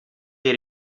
era